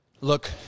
Look